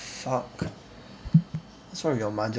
fuck what's wrong with your mahjong